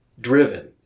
driven